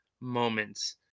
moments